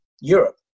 Europe